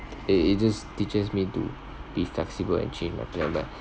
it it just teaches me to be flexible and change my plan by